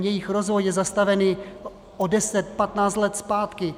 Jejich rozvoj je zastaven o deset, patnáct let zpátky.